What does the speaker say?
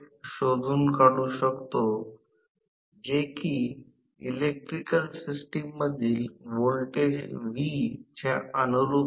तर हा भाग प्रत्यक्षात विभक्त झाला रोटर प्रतिरोध विभक्त झाला आहे